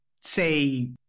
say